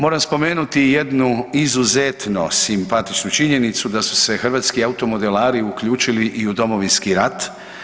Moram spomenuti i jednu izuzetno simpatičnu činjenicu da su se hrvatski automodelari uključili i u Domovinski rat.